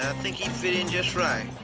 and think he'd fit in just right.